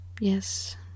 Yes